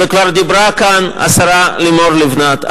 וכבר דיברה כאן השרה לימור לבנת.